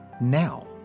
now